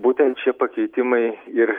būtent šie pakeitimai ir